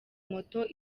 moto